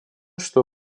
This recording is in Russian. что